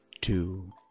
two